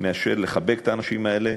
מאשר לחבק את האנשים האלה,